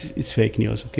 it's fake news, ok?